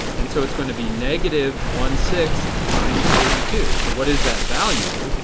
and so it is going to be negative one-sixth times thirty two. so what is that value?